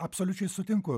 absoliučiai sutinku